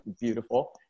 beautiful